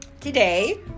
today